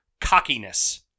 cockiness